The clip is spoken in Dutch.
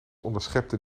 onderschepte